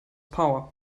power